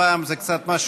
הפעם זה משהו